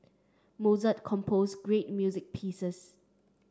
Mozart composed great music pieces